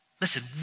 Listen